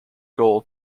goal